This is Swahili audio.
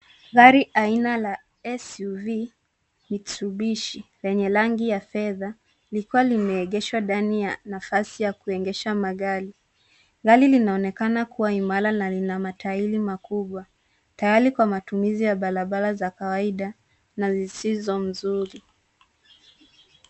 Gari aina la SUV Mitsubishi lenye rangi ya fedha likiwa limeegeshwa ndani ya nafasi ya kuegesha magari. Gari linaonekana kuwa imara na lina matairi makubwa tayari kwa matumizi ya barabara za kawaida na zisizo mzuri.